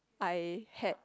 I had